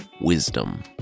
Wisdom